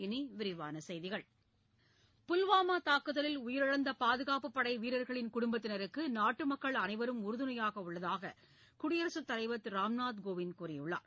இனி விரிவான செய்திகள் புல்வாமா தாக்குதலில் உயிரிழந்த பாதுகாப்புப் படைவீரர்களின் குடும்பத்தினருக்கு நாட்டுமக்கள் அனைவரும் உறுதுணையாக உள்ளதாக குடியரசுத் தலைவர் திரு ராம்நாத் கோவிந்த் கூறியுள்ளார்